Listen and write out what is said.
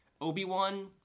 Obi-Wan